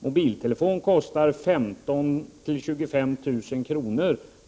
och en biltelefon kostar 15 000-25 000 kr.